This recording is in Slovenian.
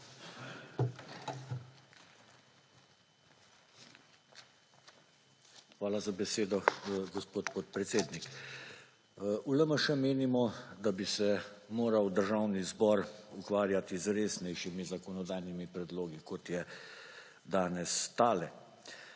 Hvala za besedo, gospod podpredsednik. V LMŠ menimo, da bi se moral Državni zbor ukvarjati z resnejšimi zakonodajnimi predlogi, kot je danes tale.